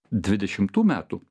dvidešimtų metų